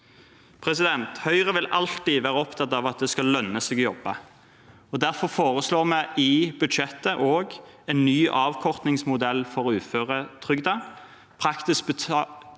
Høyre vil alltid være opptatt av at det skal lønne seg å jobbe. Derfor foreslår vi i budsjettet en ny avkortningsmodell for uføretrygdede. Praktisk talt